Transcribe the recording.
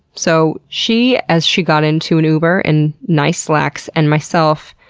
so she, as she got into an uber in nice slacks, and myself,